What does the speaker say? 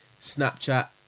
Snapchat